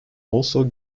also